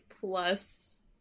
plus